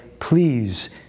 Please